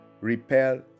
repel